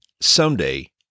Someday